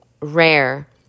rare